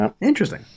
Interesting